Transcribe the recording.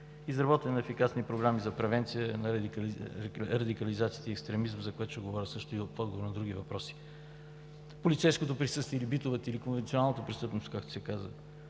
Изработване на ефикасни програми за превенция на радикализацията и екстремизма, за което ще говоря също в отговор на други въпроси. Полицейското присъствие или битовата, конвенционалната престъпност във всяко